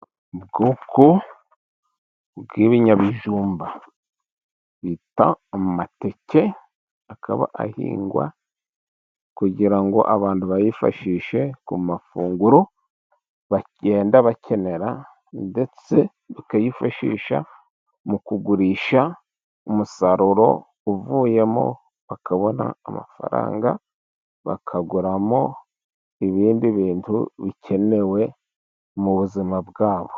Ubwoko bw'ibinyabijumba bita amateke akaba ahingwa kugira ngo abantu bayifashishe ku mafunguro bagenda bakenera ndetse bakayifashisha mu kugurisha umusaruro uvuyemo bakabona amafaranga bakaguramo ibindi bintu bikenewe mu buzima bwabo.